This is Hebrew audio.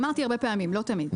אמרתי הרבה פעמים, לא תמיד.